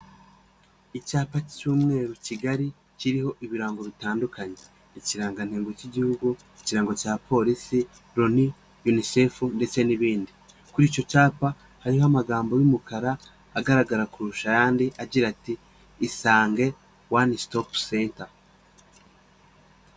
Icyapa cy'umweru kigari kiriho ibirango bitandukanye ikirangantego cy'igihugu ikirango cya Polisi ON UNICEF ndetse n'ibindi. Kuri icyo cyapa hariho amagambo y'umukara agaragara kurusha ayandi agira ati Isange One Stop Center.